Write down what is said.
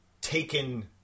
taken